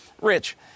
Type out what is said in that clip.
Rich